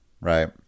right